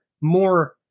more